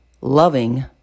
Loving